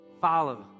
follow